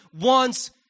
wants